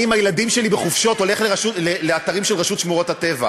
אני עם הילדים שלי בחופשות הולך לאתרים של רשות שמורות הטבע,